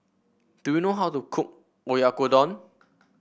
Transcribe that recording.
do you know how to cook Oyakodon